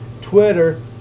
Twitter